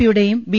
പിയുടെയും ബി